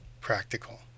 practical